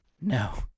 No